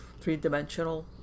three-dimensional